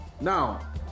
now